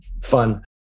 fun